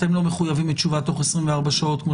אתם לא מחויבים בתשובה תוך 24 שעות כמו